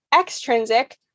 extrinsic